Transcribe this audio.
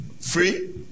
Free